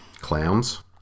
Clowns